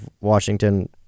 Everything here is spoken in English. washington